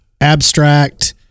abstract